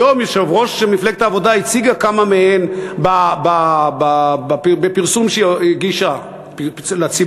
היום יושבת-ראש מפלגת העבודה הציגה כמה מהן בפרסום שהיא הגישה לציבור,